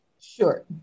Sure